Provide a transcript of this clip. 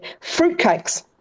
fruitcakes